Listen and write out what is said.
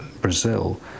Brazil